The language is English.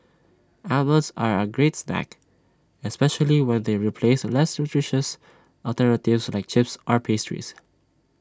almonds are A great snack especially when they replace less nutritious alternatives like chips or pastries